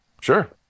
sure